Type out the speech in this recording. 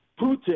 Putin